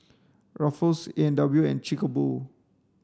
Ruffles A and W and Chic a Boo